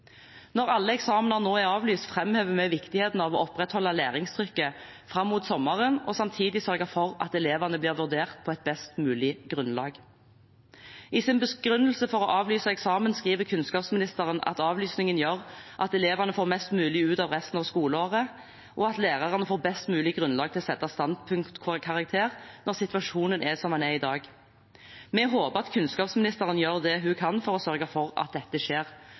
Når alle eksamener nå er avlyst, framhever vi viktigheten av å opprettholde læringstrykket fram mot sommeren og samtidig sørge for at elevene blir vurdert på et best mulig grunnlag. I sin begrunnelse for å avlyse eksamen skriver kunnskapsministeren at avlysningen gjør at elevene får mest mulig ut av resten av skoleåret, og at lærerne får best mulig grunnlag til å sette standpunktkarakter når situasjonen er som den er i dag. Vi håper kunnskapsministeren gjør det hun kan for å sørge for at dette skjer,